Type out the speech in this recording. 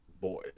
boy